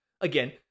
again